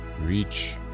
Reach